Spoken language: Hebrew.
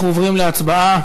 אנחנו עוברים להצבעה,